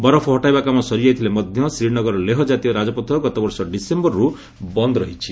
ବରଫ ହଟାଇବା କାମ ସରିଯାଇଥିଲେ ମଧ୍ୟ ଶ୍ରୀନଗର ଲେହ କ୍ଜାତୀୟ ରାଜପଥ ଗତବର୍ଷ ଡିସେମ୍ବରରୁ ବନ୍ଦ ରହିଛି